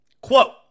Quote